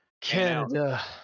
Canada